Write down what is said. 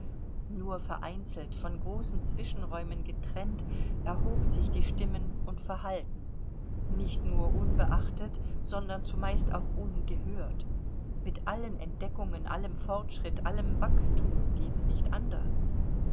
nur vereinzelt von großen zwischenräumen getrennt erhoben sich die stimmen und verhallten nicht nur unbeachtet sondern zumeist auch ungehört mit allen entdeckungen allem fortschritt allem wachstum geht's nicht anders